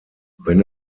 wenn